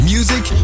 Music